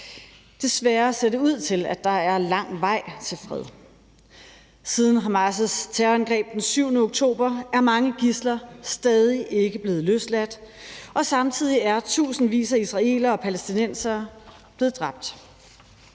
Desværre ser det ud til, at der er lang vej til fred. Siden Hamas' terrorangreb den 7. oktober er mange gidsler stadig ikke blevet løsladt, og samtidig er tusindvis af israelere og palæstinensere blevet dræbt.